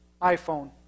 iPhone